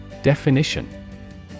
Definition